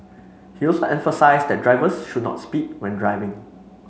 he also emphasised that drivers should not speed when driving